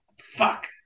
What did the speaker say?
Fuck